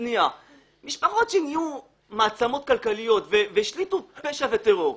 משפחות שנהיו מעצמות כלכליות והשליטו פשע וטרור.